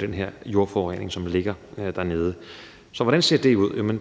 den her jordforurening, som ligger dernede? Så hvordan ser det ud?